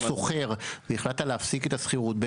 אתה שוכר, יכולת להפסיק את השכירות.